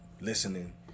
listening